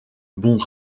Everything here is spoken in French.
bons